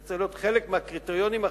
זה צריך להיות חלק מהקריטריונים החשובים.